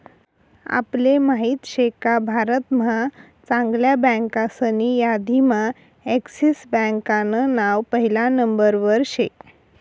आपले माहित शेका भारत महा चांगल्या बँकासनी यादीम्हा एक्सिस बँकान नाव पहिला नंबरवर शे